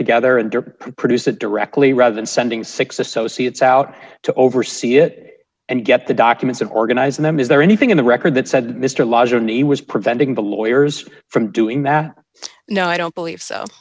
together and produce it directly rather than sending six associates out to oversee it and get the documents and organize them is there anything in the record that said mr la germany was preventing the lawyers from doing that no i don't believe so